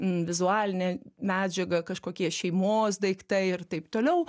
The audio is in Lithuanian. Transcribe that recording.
vizualiniai medžiaga kažkokie šeimos daiktai ir taip toliau